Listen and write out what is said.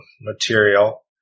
material